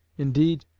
indeed,